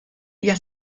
hija